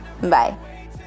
Bye